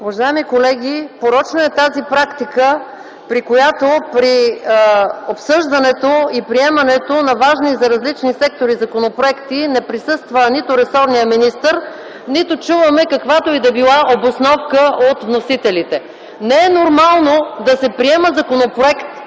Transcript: Уважаеми колеги, порочна е тази практика, при която при обсъждането и приемането на важни законопроекти за различни текстове не присъства нито ресорният министър, нито чуваме каквото и да било обосновка от вносителите. Не е нормално да се приема законопроект